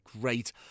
great